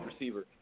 receiver